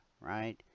right